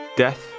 Death